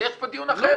אבל יש פה דיון אחר.